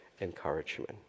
encouragement